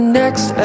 next